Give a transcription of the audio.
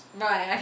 Right